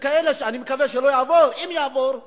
יבואו ויגידו: